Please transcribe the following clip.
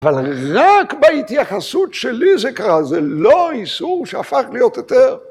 אבל רק בהתייחסות שלי זה קרה, זה לא איסור שהפך להיות יותר.